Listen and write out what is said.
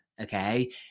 okay